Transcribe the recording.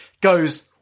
goes